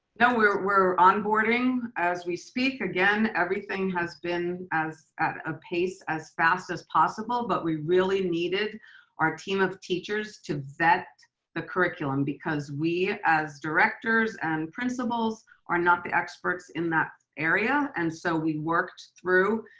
no, we're we're onboarding as we speak. again, everything has been as a pace as fast as possible, but we really needed our team of teachers to vet the curriculum because we as directors and principals are not the experts in that area, and so we worked through,